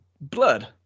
blood